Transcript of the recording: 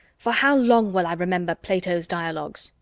for how long will i remember plato's dialogues?